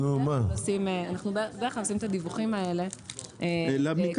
אנחנו בדרך כלל עושים את הדיווחים האלה --- לא,